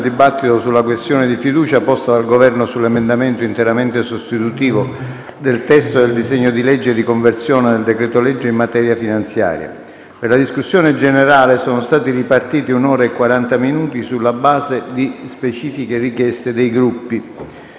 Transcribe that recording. del dibattito sulla questione di fiducia posta dal Governo sull'emendamento interamente sostitutivo del testo del disegno di legge di conversione del decreto-legge in materia finanziaria. Per la discussione sulla fiducia sono stati ripartiti un'ora e quaranta minuti, sulla base di specifiche richieste dei Gruppi.